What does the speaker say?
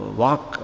walk